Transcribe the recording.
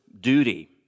duty